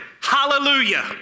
hallelujah